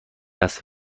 است